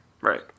Right